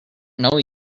know